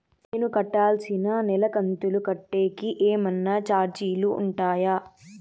నేను కట్టాల్సిన నెల కంతులు కట్టేకి ఏమన్నా చార్జీలు ఉంటాయా?